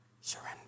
surrender